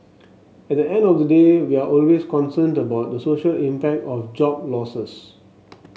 at the end of the day we're always concerned about the social impact of job losses